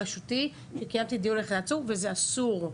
קיימתי דיון בוועדה בראשותי על יחידת צור וזה אסור.